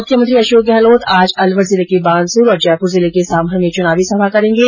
मुख्यमंत्री अशोक गहलोत आज अलवर जिले के बानसूर और जयपूर जिले के साभर में चुनावी सभा करेंगे